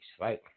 right